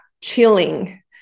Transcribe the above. chilling